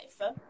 life